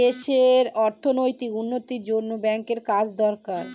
দেশে অর্থনৈতিক উন্নতির জন্য ব্যাঙ্কের কাজ দরকার